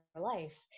life